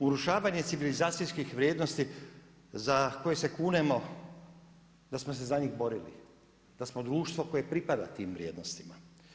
Urušavanje civilizacijskih vrijednosti za koji se kunemo da smo se za njih borili, da smo društvo koje pripada tim vrijednostima.